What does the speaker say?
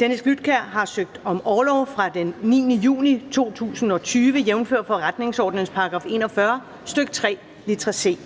Dennis Flydtkjær (DF) har søgt om orlov fra den 9. juni 2020, jf. forretningsordenens § 41, stk. 3, litra c.